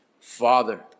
Father